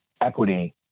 equity